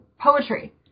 poetry